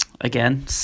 Again